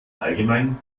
allgemein